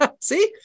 See